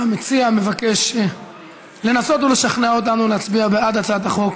המציע מבקש לנסות ולשכנע אותנו להצביע בעד הצעת החוק,